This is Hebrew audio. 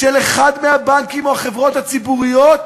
של אחד מהבנקים או החברות הציבוריות